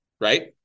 Right